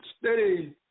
steady